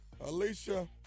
Alicia